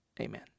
Amen